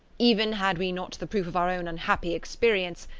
even had we not the proof of our own unhappy experience,